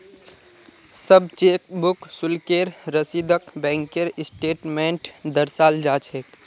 सब चेकबुक शुल्केर रसीदक बैंकेर स्टेटमेन्टत दर्शाल जा छेक